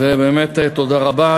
ובאמת תודה רבה.